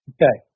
Okay